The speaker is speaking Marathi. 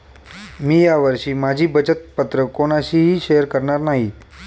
मी या वर्षी माझी बचत पत्र कोणाशीही शेअर करणार नाही